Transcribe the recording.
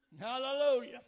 Hallelujah